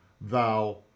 thou